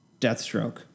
Deathstroke